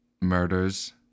murders